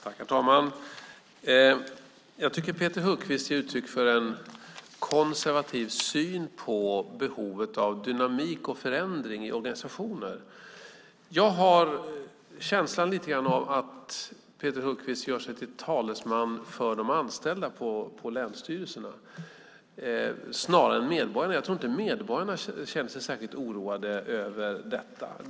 Herr talman! Jag tycker att Peter Hultqvist ger uttryck för en konservativ syn på behovet av dynamik och förändring i organisationer. Jag har känslan att Peter Hultqvist gör sig till talesman för de anställda på länsstyrelserna snarare än medborgarna. Jag tror inte att medborgarna känner sig särskilt oroade över detta.